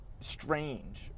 strange